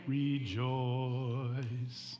rejoice